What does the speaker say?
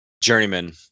journeyman